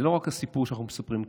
זה לא רק הסיפור שאנחנו מספרים כאן,